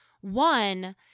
One